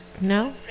no